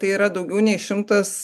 tai yra daugiau nei šimtas